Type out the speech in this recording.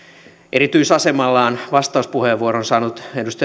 erityisasemallaan vastauspuheenvuoron saanut